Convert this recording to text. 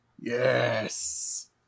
Yes